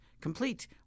complete